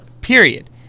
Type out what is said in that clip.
Period